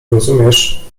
rozumiesz